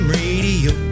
radio